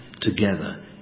together